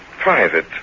private